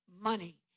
money